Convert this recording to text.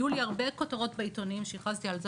יהיו לי הרבה כותרות שהכרזתי על זה